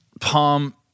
Palm